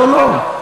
לא, לא.